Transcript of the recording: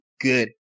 good